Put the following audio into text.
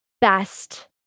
best